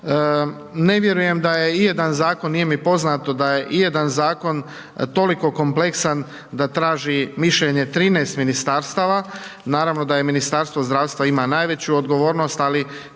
Ne vjerujem da je ijedan zakon, nije mi poznato da je ijedan zakon toliko kompleksan da traži mišljenje 13 ministarstava, naravno da je Ministarstvo zdravstva ima najveću odgovornost, ali